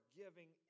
giving